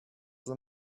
the